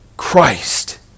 Christ